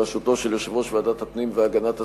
בראשותו של יושב-ראש ועדת הפנים והגנת הסביבה,